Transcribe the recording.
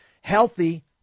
healthy